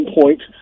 point